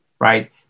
right